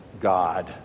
God